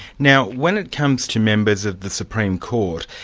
now when it comes to members of the supreme court,